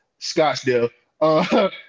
Scottsdale